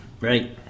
Right